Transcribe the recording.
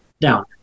down